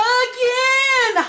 again